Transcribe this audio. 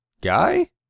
guy